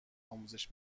آموزش